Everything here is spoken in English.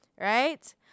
right